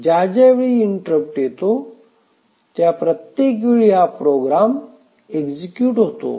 ज्या ज्या वेळी इंटरप्ट येतो त्या प्रत्येक वेळी हा प्रोग्रॅम एक्झिक्युट होतो